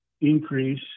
increase